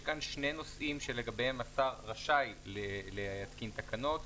יש כאן שני נושאים שלגביהם השר רשאי להתקין תקנות.